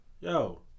yo